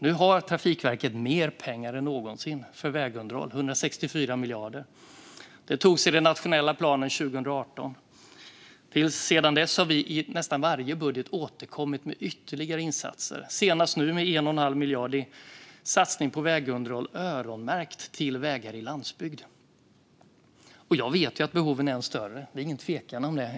Nu har Trafikverket mer pengar än någonsin för vägunderhåll - 164 miljarder. Det togs i den nationella planen 2018. Sedan dess har vi i nästan varje budget återkommit med ytterligare insatser, senast med 1 1⁄2 miljard i satsning på vägunderhåll, öronmärkt till vägar i landsbygd. Jag vet att behoven är ännu större. Det är ingen tvekan om det.